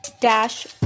dash